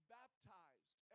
baptized